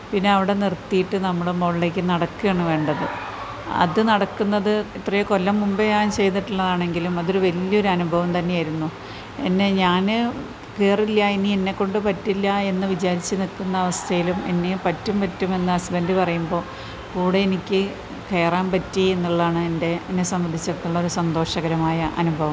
പിന്നെ അവിടെ നിർത്തിയിട്ട് നമ്മൾ മുകളിലേക്ക് നടക്കുവാണ് വേണ്ടത് അത് നടക്കുന്നത് എത്രയോ കൊല്ലം മുമ്പേ ഞാൻ ചെയ്തിട്ടുള്ളതാണെങ്കിലും അതൊരു വലിയ ഒരു അനുഭവം തന്നെയായിരുന്നു എന്നെ ഞാൻ കയറില്ല ഇനി എന്നെക്കൊണ്ട് പറ്റില്ല എന്ന് വിചാരിച്ച് നിൽക്കുന്ന അവസ്ഥയിലും എന്നെ പറ്റും പറ്റുമെന്ന് ഹസ്ബൻഡ് പറയുമ്പോൾ കൂടെ എനിക്ക് കയറാൻ പറ്റി എന്നുള്ളതാണ് എന്റെ എന്നെ സംബന്ധിച്ചിടത്തോളം ഒരു സന്തോഷകരമായ അനുഭവം